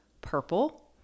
purple